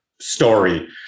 story